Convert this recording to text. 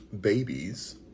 babies